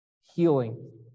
healing